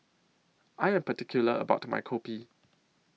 I Am particular about My Kopi